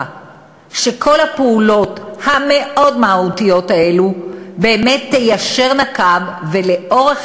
שכל הפעולות המאוד-מהותיות האלה באמת תיישרנה קו ולאורך